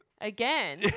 again